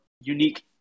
unique